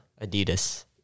Adidas